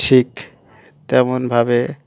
ঠিক তেমনভাবে